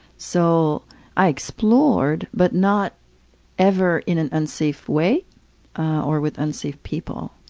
so i explored but not ever in an unsafe way or with unsafe people.